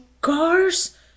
cars